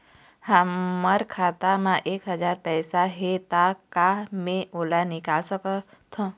हमर खाता मा एक हजार पैसा हे ता का मैं ओला निकाल सकथव?